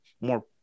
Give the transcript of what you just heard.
more